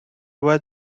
was